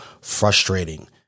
frustrating